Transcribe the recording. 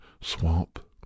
swamp